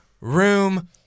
room